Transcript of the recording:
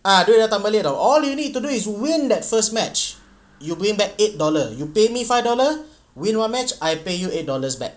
ah duit datang balik [tau] all you need to do is win that first match you going back eight dollar you pay me five dollar win one match I pay you eight dollars back